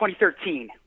2013